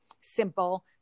simple